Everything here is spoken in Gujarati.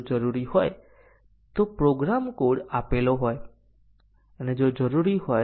નિર્ણય પરિણામ સાચા અને ખોટા વચ્ચે પણ ટોગલ કરે છે